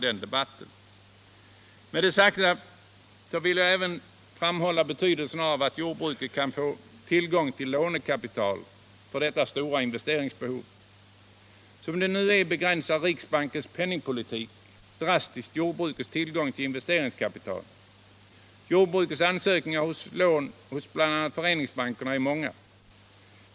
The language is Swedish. Med det sagda vill jag även framhålla betydelsen av att jordbruket kan få tillgång till lånekapital för sitt srora investeringsbehov. Som det nu är begränsar riksbankens penningpolitik drastiskt jordbrukets tillgång till investeringskapital. Jordbrukets ansökningar om lån hos bl.a. föreningsbankerna är många.